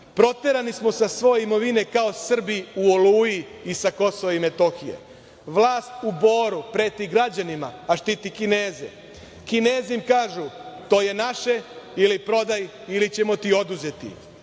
"Proterani smo sa svoje imovine kao Srbi u Oluji i sa Kosova i Metohije. Vlast u Boru preti građanima, a štiti Kineze. Kinezi im kažu - to je naše ili prodaj ili ćemo ti oduzeti.